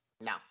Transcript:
No